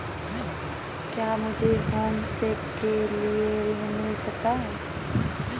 क्या मुझे होमस्टे के लिए ऋण मिल सकता है?